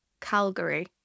Calgary